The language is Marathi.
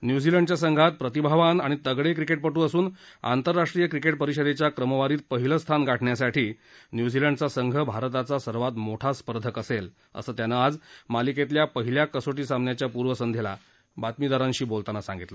न्यूझीलंडच्या संघात प्रतिभावान आणि तगडे क्रिकेटपटू असून आंतरराष्ट्रीय क्रिकेट परिषदेच्या क्रमवारीत पहिलं स्थान गाठण्यासाठी न्यूझीलंडचा संघ भारताचा सर्वात मोठा स्पर्धक असेल असं त्यानं आज मालिकेतल्या पहिल्या कसोटी सामन्याच्या पूर्वसंध्येला बातमीदारांशी बोलताना सांगितलं